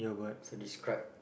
so describe